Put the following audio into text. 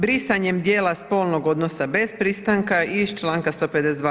Brisanjem dijela spolnog odnosa bez pristanka iz članka 152.